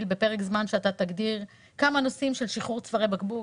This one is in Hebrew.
בפרק זמן שאתה תגדיר כמה נושאים של שחרור צווארי בקבוק.